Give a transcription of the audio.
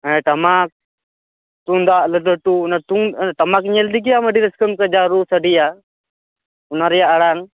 ᱴᱟᱢᱟᱠ ᱛᱩᱢᱫᱟᱜ ᱞᱟ ᱴᱩ ᱞᱟ ᱴᱩ ᱚᱱᱟ ᱛᱩᱢ ᱮᱸ ᱴᱟᱢᱟᱠ ᱧᱮᱞ ᱛᱮᱜᱮ ᱟᱢ ᱟ ᱰᱤ ᱨᱟᱱ ᱥᱠᱟ ᱢ ᱠᱟ ᱫᱟ ᱨᱩ ᱥᱟᱰᱮᱭᱟ ᱚᱱᱟ ᱨᱮᱭᱟᱜ ᱟᱲᱟᱝ